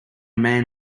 man